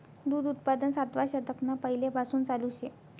दूध उत्पादन सातवा शतकना पैलेपासून चालू शे